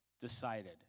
decided